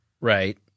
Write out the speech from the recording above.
right